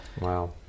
Wow